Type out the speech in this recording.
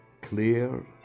clear